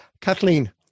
Kathleen